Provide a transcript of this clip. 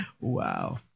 wow